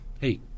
hey